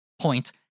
point